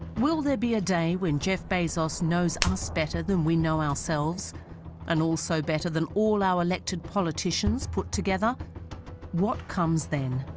will there be a day when jeff bezos knows us better than we know ourselves and also better than all our elected politicians put together what comes then?